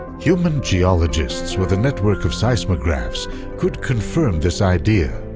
human geologists with a network of seismographs could confirm this idea.